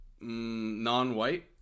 non-white